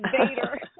invader